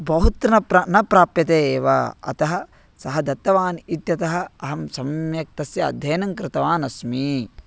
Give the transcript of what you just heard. बहुत्र न प्रा न प्राप्यते एव अतः सः दत्तवान् इत्यतः अहं सम्यक् तस्य अध्ययनं कृतवान् अस्मि